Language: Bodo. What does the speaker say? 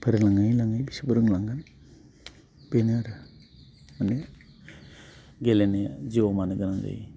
फोरोंलाङै लाङै बिसोरबो रोंलांगोन बेनो आरो माने गेलेनाया जिउआव मानो गोनां जायो